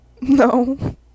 No